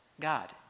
God